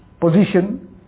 position